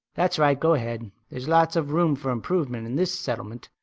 that's right. go ahead. there's lots of room for improvement in this settlement.